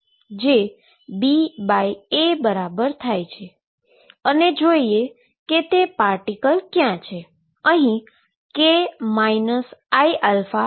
જે BA બરાબર થાય છે અને જોઈએ એ કે તે પાર્ટીકલ ક્યાં છે